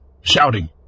shouting